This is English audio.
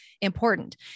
important